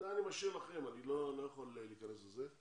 זה אני משאיר לכם, אני לא יכול להיכנס לזה.